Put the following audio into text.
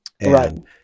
right